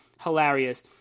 hilarious